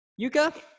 Yuka